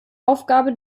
aufgabe